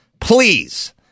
please